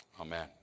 amen